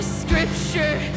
scripture